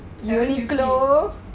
seven fifty